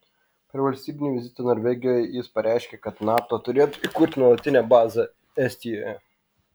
per valstybinį vizitą norvegijoje jis pareiškė kad nato turėtų įkurti nuolatinę bazę estijoje